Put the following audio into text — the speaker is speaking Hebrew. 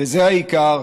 וזה העיקר,